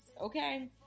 okay